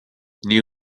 new